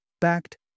backed